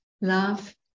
love